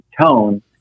tone